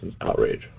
Outrage